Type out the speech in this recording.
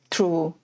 True